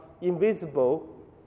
invisible